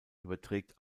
überträgt